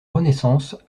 renaissance